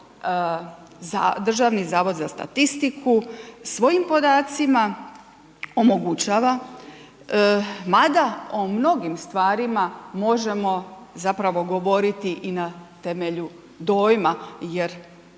Državni zavod za statistiku svojim podacima omogućava, mada o mnogim stvarima možemo zapravo govoriti i na temelju dojma jer